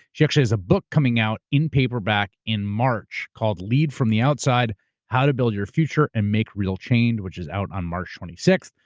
she actually has a book coming out in paperback in march called lead from the outside how to build your future and make real change, which is out on march twenty sixth.